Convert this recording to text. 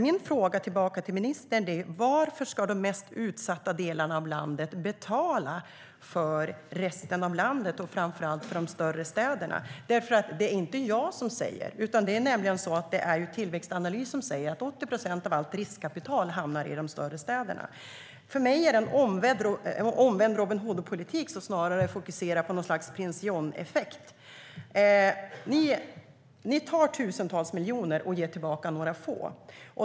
Min fråga tillbaka till ministern blir: Varför ska de mest utsatta delarna av landet betala för resten av landet, och framför allt för de större städerna? Det är inte jag som säger det, utan det är nämligen Tillväxtanalys som säger att 80 procent av allt riskkapital hamnar i de större städerna. För mig är detta en omvänd Robin Hood-politik som snarare fokuserar på något slags prins John-effekt. Ni tar tusentals miljoner och ger tillbaka några få.